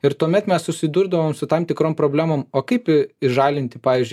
ir tuomet mes susidurdavom su tam tikrom problemom o kaip įžalinti pavyzdžiui